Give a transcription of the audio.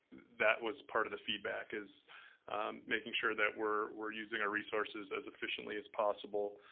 that was part of the feedback is making sure that we're we're using our resources as efficiently as possible.